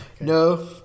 No